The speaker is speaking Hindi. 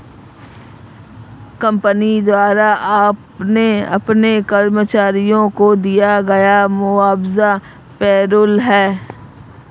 कंपनी द्वारा अपने कर्मचारियों को दिया गया मुआवजा पेरोल है